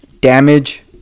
damage